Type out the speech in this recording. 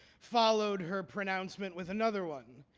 followed her pronouncement with another one,